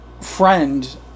friend